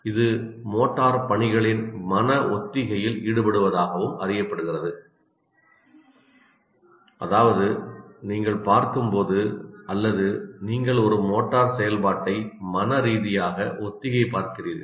இது மோட்டார் பணிகளின் மன ஒத்திகையில் ஈடுபடுவதாகவும் அறியப்படுகிறது அதாவது நீங்கள் பார்க்கும்போது அல்லது நீங்கள் ஒரு மோட்டார் செயல்பாட்டை மனரீதியாக ஒத்திகை பார்க்கிறீர்கள்